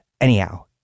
Anyhow